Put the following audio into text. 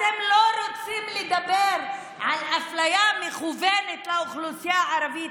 אתם לא רוצים לדבר על אפליה מכוונת של האוכלוסייה הערבית.